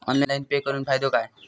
Online pay करुन फायदो काय?